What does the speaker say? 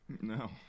No